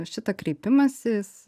šitą kreipimasis